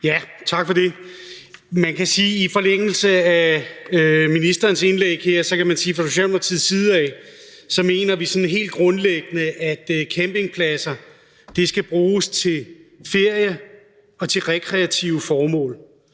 (S): Tak for det. Man kan i forlængelse af ministerens indlæg her sige, at vi fra Socialdemokratiets side sådan helt grundlæggende mener, at campingpladser skal bruges til ferie og til rekreative formål